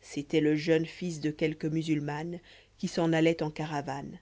c'était le jeune fils de quelque musulmane qui s'en alloit en caravane